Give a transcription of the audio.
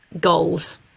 goals